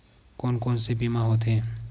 कोन कोन से बीमा होथे?